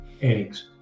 eggs